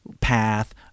path